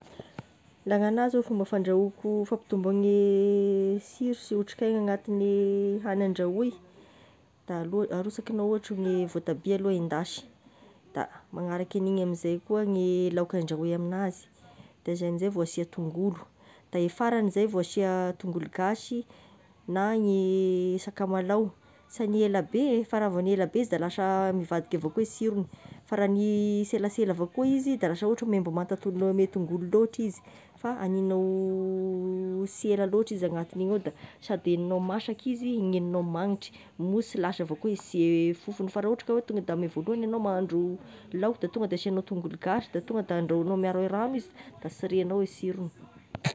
Laha gn'agnahy zao ny fomba fandrahoako- fampitomboagny siro sy otrik'aigna agnantin'ny hany andrahoy da aloa- arosakignao ohatra ny voatabia aloha endasy, da magnaraky an'igny amin'izay koa ny laoka andrahoy amignazy de zay amin'izey vao asia tongolo, da e faragny zay vao asia tongolo gasy na gny sakamalao s'hagny elabe, fa raha vao hagny elabe izy da lasa mivadika avao koa i sirogny, fa raha ny selasela avao koa izy da lasa ohatry hoe maimbomanta toa- ame tongolo loatry izy, fa hagnignao sy ela loatry izy agnatin'igny ao da sady hegognao masaky izy gn'hegnognao magnitra, moa sy lasa avao koa e siro- e fofony, fa raha ohatry ka hoe tonga de amy voalohagny enao mahandro laoka da tonga da asignao tongolo gasy da tonga de andrahoignao miaro ragno izy, da sy regnao ny sirogny.